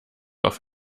auf